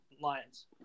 Lions